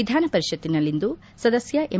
ವಿಧಾನ ಪರಿಷತ್ತಿನಲ್ಲಿಂದು ಸದಸ್ಯ ಎಂ